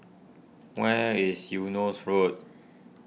where is Eunos Road